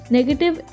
Negative